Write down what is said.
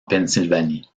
pennsylvanie